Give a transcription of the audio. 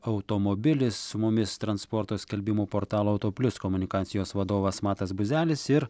automobilis su mumis transporto skelbimų portalo auto plius komunikacijos vadovas matas buzelis ir